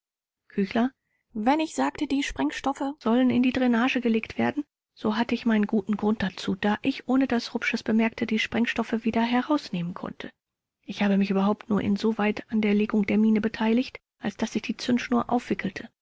küchler wenn ich sagte die sprengstoffe sollen in die drainage gelegt werden so hatte ich meinen guten grund dazu da ich ohne daß rupsch es merkte die sprengstoffe wieder herausnehmen konnte ich habe mich überhaupt nur insoweit an der legung der mine beteiligt als daß ich die zündschnur aufwickelte